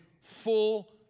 Full